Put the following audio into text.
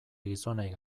gizonei